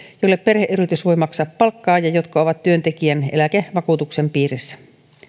joille perheyritys voi maksaa palkkaa ja jotka ovat työntekijän eläkevakuutuksen piirissä